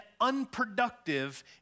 unproductive